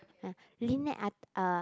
Lynette I uh